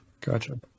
Gotcha